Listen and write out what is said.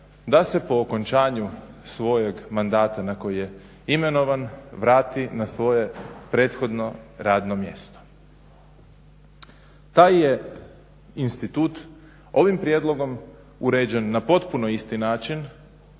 da se po okončanju svojeg mandata na koji je imenovan vrati na svoje prethodno radno mjesto. Taj je institut ovim prijedlogom uređen na potpuno isti način